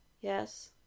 Yes